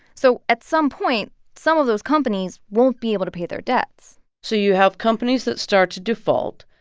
so at some point, some of those companies won't be able to pay their debts so you have companies that start to default.